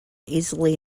easily